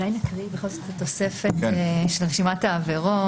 אולי בכל זאת נקריא את התוספת של רשימת העבירות.